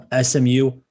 SMU